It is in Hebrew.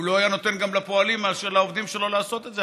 הוא גם לא היה נותן לעובדים שלו לעשות את זה,